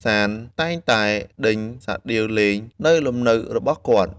សាន្តតែងតែដេញសាដៀវលេង នៅលំនៅរបស់គាត់។